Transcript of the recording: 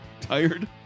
Tired